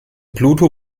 pluto